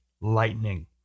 lightning